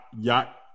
yacht